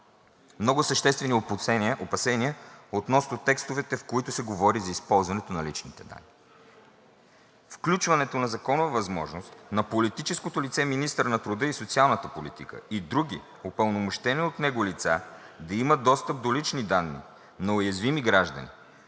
много съществени опасения относно текстовете, в които се говори за използването на личните данни. Включването на законова възможност на политическото лице – министър на труда и социалната политика, и други, упълномощени от него лица, да имат достъп до лични данни на уязвими граждани,